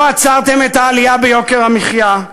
לא עצרתם את העלייה ביוקר המחיה,